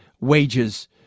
wages